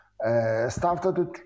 started